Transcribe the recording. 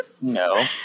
No